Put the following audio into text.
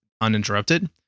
uninterrupted